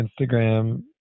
Instagram